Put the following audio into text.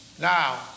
Now